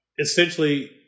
Essentially